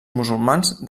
musulmans